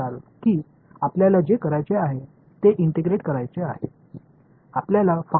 எனவே ஒருங்கிணைப்பு செய்ய விரும்பும் உங்கள் செயல்பாட்டைப் பெறும்போது நீங்கள் என்ன செய்ய வேண்டும்